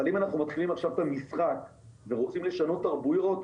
אבל אם אנחנו מתחילים עכשיו את המשחק ורוצים לשנות תרבויות,